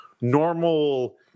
normal